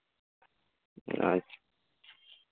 ᱟᱪᱪᱷᱟ